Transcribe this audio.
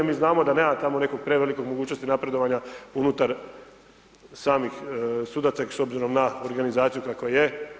Mi znamo da nema tamo neke prevelike mogućnosti napredovanja unutar samih sudaca i s obzirom na organizaciju kakva je.